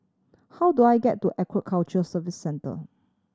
how do I get to Aquaculture Service Centre